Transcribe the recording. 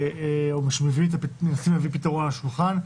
או שמנסים להביא פתרון לשולחן.